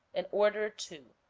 in order to